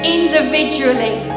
individually